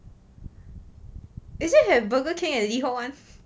is it have Burger King and LiHo [one]